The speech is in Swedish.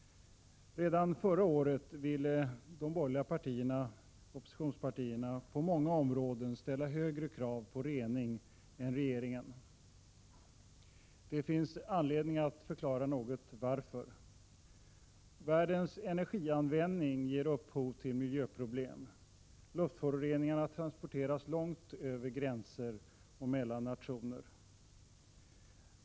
Redan förra året ville de borgerliga oppositionspartierna på många områden ställa högre krav på rening än regeringen. Det finns anledning att något förklara varför. Världens energianvändning ger upphov till miljöproblem. Luftföroreningarna transporteras långt över gränser och mellan nationer.